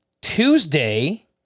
Tuesday